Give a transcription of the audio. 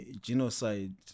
genocide